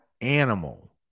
animal